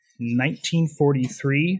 1943